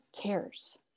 cares